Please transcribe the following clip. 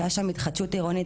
שהיה שם התחדשות עירונית,